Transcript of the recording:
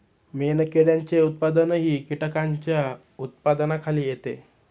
मेणकिड्यांचे उत्पादनही कीटकांच्या उत्पादनाखाली येते